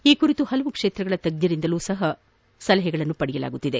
ಈ ಕುರಿತು ಪಲವು ಕ್ಷೇತ್ರಗಳ ತಜ್ಞರಿಂದಲೂ ಸಹ ಸಲಹೆಗಳನ್ನು ಪಡೆಯಲಾಗುತ್ತಿದೆ